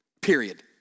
period